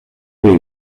per